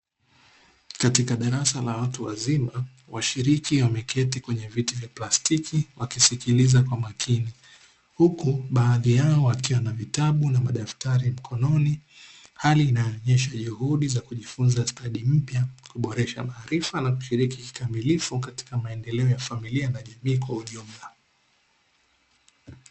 Katika darasa la watu wazima, washiriki wameketi kwenye viti vya plastiki wakisikiliza kwa makini huku baadhi yao wakiwa na vitabu na madaftari mkononi, hali inayoonyesha juhudi za kujifunza stadi mpya kuboresha maarifa na kushiriki kikamilifu katika maendeleo ya familia na jamii kwa ujumla.